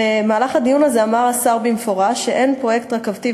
במהלך הדיון הזה אמר השר במפורש שאין פרויקט רכבתי,